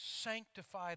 Sanctify